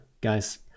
guys